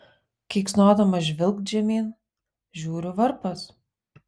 keiksnodamas žvilgt žemyn žiūriu varpas